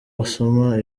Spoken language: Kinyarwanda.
wasoma